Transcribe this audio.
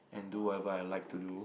and do whatever I like to do